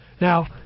Now